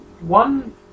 One